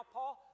Paul